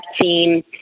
team